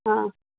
ஆ